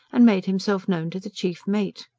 and made himself known to the chief mate.